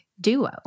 duo